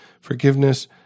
forgiveness